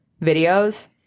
videos